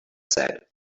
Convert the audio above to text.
said